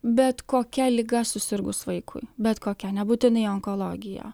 bet kokia liga susirgus vaikui bet kokia nebūtinai onkologija